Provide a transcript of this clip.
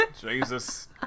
jesus